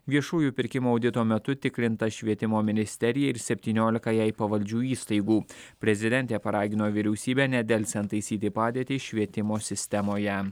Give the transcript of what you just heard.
viešųjų pirkimų audito metu tikrinta švietimo ministerija ir septyniolika jai pavaldžių įstaigų prezidentė paragino vyriausybę nedelsiant taisyti padėtį švietimo sistemoje